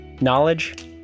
knowledge